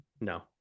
No